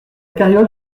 carriole